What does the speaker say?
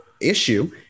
issue